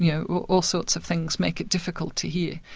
you know all sorts of things make it difficult to hear.